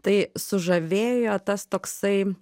tai sužavėjo tas toksai